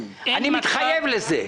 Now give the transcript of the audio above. אני מתחייב לזה.